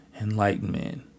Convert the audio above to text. enlightenment